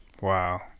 Wow